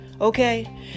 okay